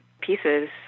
pieces